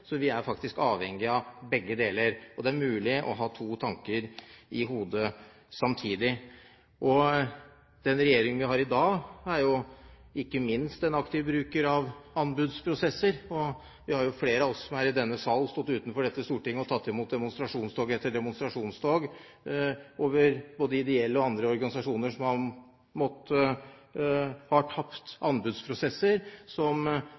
Så vi er faktisk avhengig av begge deler, og det er mulig å ha to tanker i hodet samtidig. Den regjeringen vi har i dag, er jo ikke minst en aktiv bruker av anbudsprosesser. Flere av oss som er i denne sal, har jo stått utenfor dette Stortinget og tatt imot demonstrasjonstog etter demonstrasjonstog av både ideelle og andre organisasjoner som har tapt anbudsprosesser, som